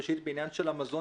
ראשית בעניין המזון,